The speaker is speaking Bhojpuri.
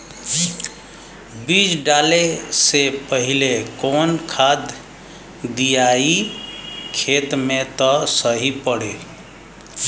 बीज डाले से पहिले कवन खाद्य दियायी खेत में त सही पड़ी?